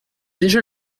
déjà